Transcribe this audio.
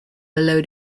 below